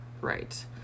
Right